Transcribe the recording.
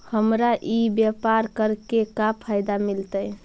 हमरा ई व्यापार करके का फायदा मिलतइ?